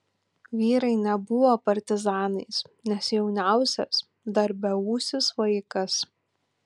vyrai nebuvo partizanais nes jauniausias dar beūsis vaikas